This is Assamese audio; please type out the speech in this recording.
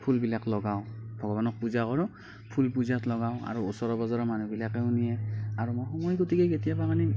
ফুলবিলাক লগাওঁ ভগৱানক পূজা কৰোঁ ফুল পূজাত লগাও আৰু ওচৰৰ পাজৰৰ মানুহবিলাকেও নিয়ে আৰু মই সময় গতিকে কেতিয়াবা মানে